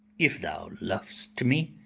if thou lov'st me,